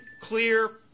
clear